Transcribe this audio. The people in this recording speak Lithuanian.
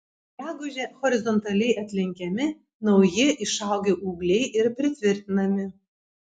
gegužę horizontaliai atlenkiami nauji išaugę ūgliai ir pritvirtinami